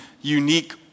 unique